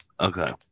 Okay